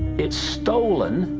it's stolen,